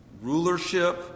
rulership